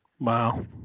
Wow